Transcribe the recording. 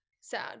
sad